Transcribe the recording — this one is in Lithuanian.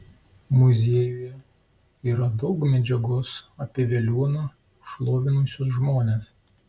muziejuje yra daug medžiagos apie veliuoną šlovinusius žmones